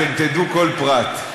אתם תדעו כל פרט.